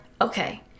Okay